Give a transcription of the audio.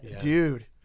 dude